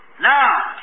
Now